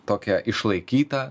tokią išlaikytą